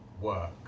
work